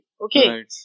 Okay